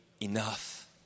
enough